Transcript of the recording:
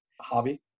hobby